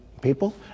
people